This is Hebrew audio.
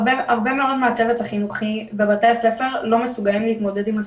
הרבה מאוד מהצוות החינוכי בבתי הספר לא מסוגלים להתמודד עם הסיטואציה.